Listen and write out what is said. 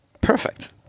perfect